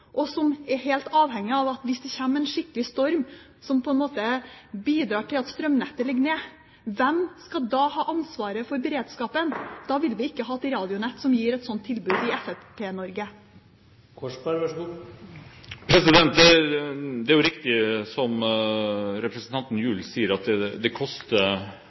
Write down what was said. og som man er helt avhengig av hvis det kommer en skikkelig storm som fører til at strømnettet ligger nede? Hvem skal da ha ansvaret for beredskapen? I Fremskrittsparti-Norge ville vi da ikke hatt et radionett som gir et sånt tilbud. Det er riktig, som representanten Gjul sier, at det koster å vedlikeholde FM-nettet. Det koster også å vedlikeholde veinettet, det koster å vedlikeholde jernbanenettet, og det koster